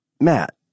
Matt